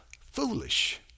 foolish